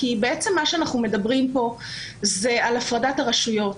כי מה שאנחנו מדברים פה זה על הפרדת הרשויות.